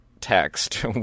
text